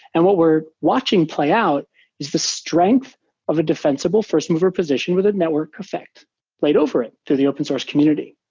and what we're watching him play out is the strength of a defensible first mover position with a network effect played over it through the open source community.